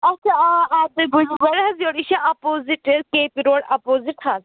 اَچھا آ آ تُہۍ بوٗزِو گۄڈٕ حظ یور یہِ چھِ opposite K P road opposite حظ